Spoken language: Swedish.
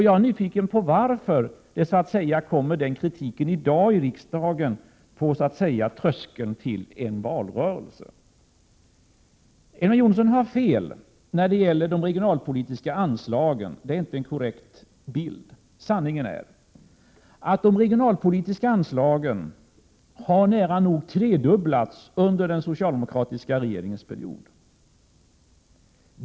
Jag är nyfiken på varför den kritiken kommer i riksdagen i dag, på tröskeln till en Prot. 1987/88:127 valrörelse. 26 maj 1988 Elver Jonsson har fel beträffande de regionalpolitiska anslagen. Han ger inte en korrekt bild. Sanningen är: De regionalpolitiska anslagen har nära nog tredubblats under den socialdemokratiska regeringsperioden.